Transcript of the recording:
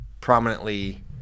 prominently